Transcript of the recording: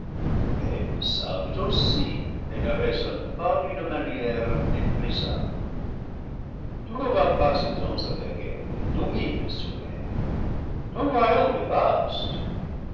elles savent aussi et ne raisonnent pas d'une manière méprisable trouve un passe-temps avec elles et domine sur elles ton royaume est vaste